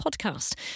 podcast